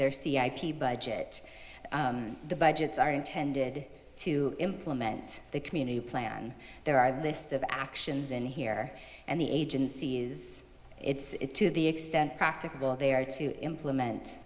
their c i p budget the budgets are intended to implement the community plan there are lists of actions in here and the agencies it's to the extent practicable they are to implement